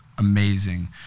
Amazing